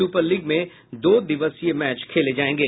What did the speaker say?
super league में दो दिवसीय मैच खेले जायेंगे